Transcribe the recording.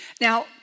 Now